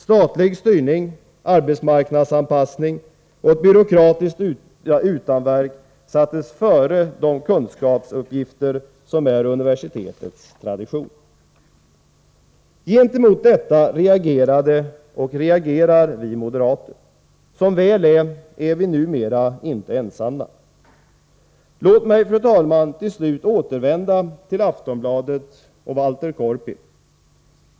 Statlig styrning, arbetsmarknadsanpassning och ett byråkratiskt utanverk sattes före de kunskapsuppgifter som är universitetets tradition. Gentemot detta reagerade och reagerar vi moderater. Som väl är, är vi numera inte ensamma. Låt mig, fru talman, till slut återvända till Aftonblandet och Walter Korpi.